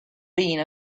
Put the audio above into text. being